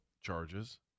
charges